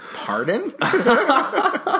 pardon